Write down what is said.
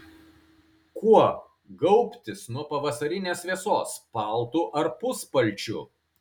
kuo gaubtis nuo pavasarinės vėsos paltu ar puspalčiu